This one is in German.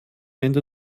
ende